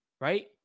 Right